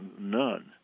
none